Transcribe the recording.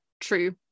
true